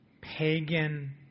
pagan